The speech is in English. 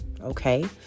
okay